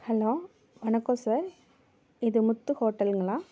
hello வணக்கம் sir இது முத்து ஹோட்டலுங்களா